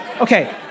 okay